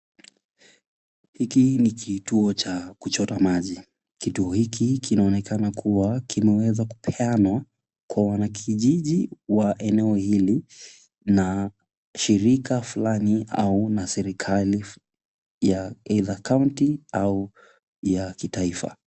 Hiki ni kituo cha kuchota maji. Kituo hiki kinaonekana kuwa kimeweza kupeanwa kwa wanakijiji wa eneo hili na shirika fulani au na serikali ya either kaunti au kitaifa.